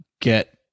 get